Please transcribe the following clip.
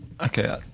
okay